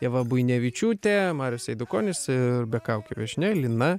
ieva buinevičiūtė marius eidukonis ir be kaukių viešnia lina